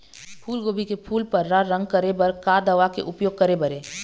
फूलगोभी के फूल पर्रा रंग करे बर का दवा के उपयोग करे बर ये?